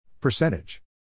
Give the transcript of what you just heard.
Percentage